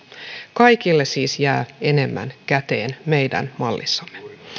kaikille siis jää enemmän käteen meidän mallissamme